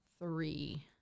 three